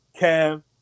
Kev